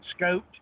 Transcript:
Scoped